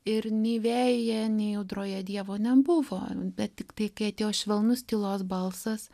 ir nei vėjyje nei audroje dievo nebuvo bet tiktai kai atėjo švelnus tylos balsas